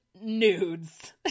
nudes